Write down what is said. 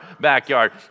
backyard